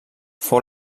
fou